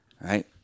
right